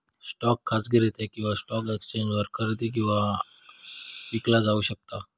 stock खाजगीरित्या किंवा stock एक्सचेंजवर खरेदी आणि विकला जाऊ शकता